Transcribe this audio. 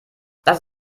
das